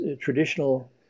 traditional